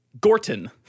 Gorton